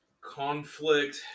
conflict